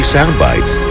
Soundbites